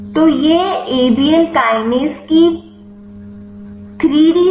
तो यह A B L kinase की 3 डी संरचना है